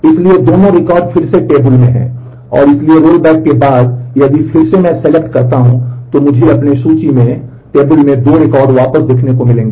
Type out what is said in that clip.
इसलिए ये दोनों रिकॉर्ड फिर से टेबल में हैं और इसलिए रोलबैक के बाद यदि मैं फिर से select करता हूं तो मुझे अपनी सूची में 2 रिकॉर्ड वापस देखने को मिलेंगे